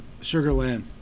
Sugarland